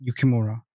Yukimura